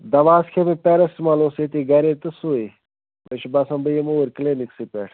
دوا حظ کھیٚو مےٚ پیرسٹٕمال اوس ییٚتی گرے تہٕ سُے مےٚ چھُ باسان بہٕ یمہٕ اوٗرۍ کِلنٕکسے پٮ۪ٹھ